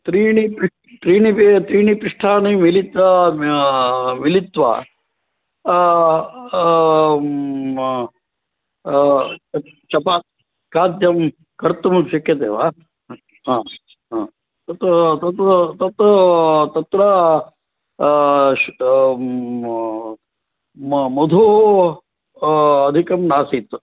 त्रीणि त्रीणि त्रीणिपिष्ठानि मिलिता मिलित्वा चपातिखाद्यं कर्तुं शक्यते वा हा हा तत् तत् तत् तत्र म मधोः अधिकं नासीत्